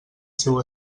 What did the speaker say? seu